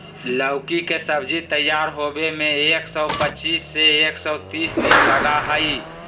लौकी के सब्जी तैयार होबे में एक सौ पचीस से एक सौ तीस दिन लगा हइ